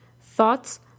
thoughts